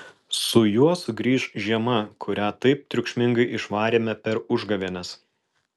su juo sugrįš žiema kurią taip triukšmingai išvarėme per užgavėnes